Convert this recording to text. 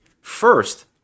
first